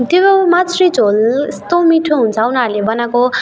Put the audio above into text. त्यो माछ्री झोल यस्तो मिठो हुन्छ उनीहरूले बनाएको